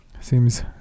seems